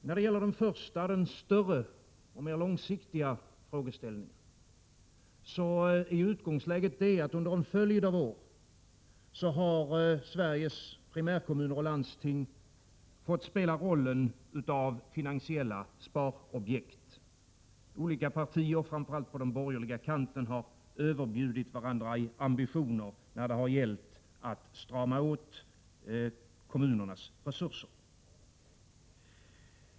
När det gäller den första — och den större och mer långsiktiga — frågeställningen är utgångsläget att Sveriges primärkommuner och landsting under en följd av år fått spela rollen av finansiella sparobjekt. Olika partier, framför allt på den borgerliga kanten, har överbjudit varandra i ambitioner när det har gällt att strama åt kommunernas resurser.